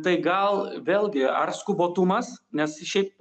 tai gal vėlgi ar skubotumas nes šiaip